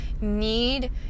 need